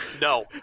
No